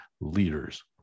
leaders